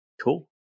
cool